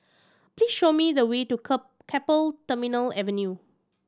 please show me the way to Keppel Terminal Avenue